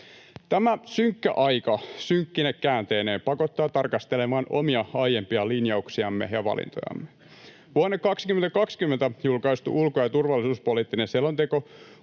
Tämä synkkä aika synkkine käänteineen pakottaa tarkastelemaan omia aiempia linjauksiamme ja valintojamme. Vuonna 2020 julkaistu ulko- ja turvallisuuspoliittinen selonteko